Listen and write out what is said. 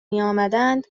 میامدند